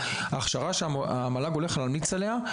ההכשרה שהמל"ג הולך להמליץ עליה,